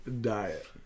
diet